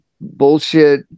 bullshit